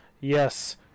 yes